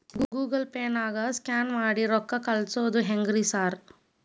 Google ಪೇನಾಗ scan ಮಾಡಿ ರೊಕ್ಕಾ ಕಳ್ಸೊದು ಹೆಂಗ್ರಿ ಸಾರ್?